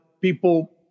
people